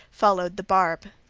followed the barb.